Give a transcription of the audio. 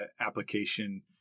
application